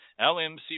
LMC